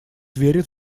верит